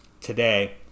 today